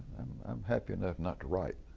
i'm happy enough not to write.